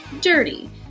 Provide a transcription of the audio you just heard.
dirty